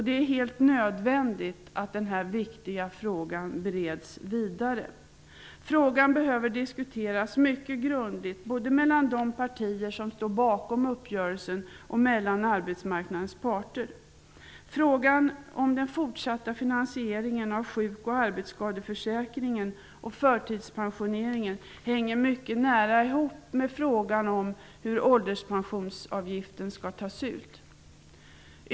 Det är helt nödvändigt att den här mycket viktiga frågan bereds vidare. Frågan behöver diskuteras mycket grundligt både mellan de partier som står bakom uppgörelsen och mellan arbetsmarknadens parter. Frågan om den fortsatta finansiseringen av sjuk och arbetsskadeförsäkringen och förtidspensioneringen hänger mycket nära ihop med frågan om hur ålderspensionsavgiften skall tas ut.